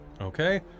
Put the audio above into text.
okay